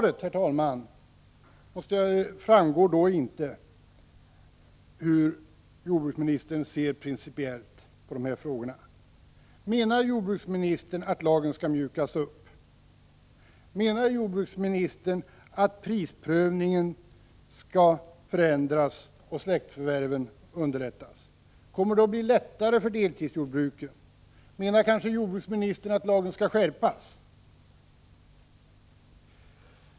1985/86:30 framgår inte hur jordbruksministern ser principiellt på dessa frågor. 19 november 1985 Menar jordbruksministern att lagen skall mjukas upp? Menar jordbruksministern att prisprövningen skall förändras och släktförvärven underlättas? Kommer det att bli lättare för deltidsjordbruken? Menar jordbruksministern kanske att lagen skall skärpas?